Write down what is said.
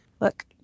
Look